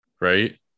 Right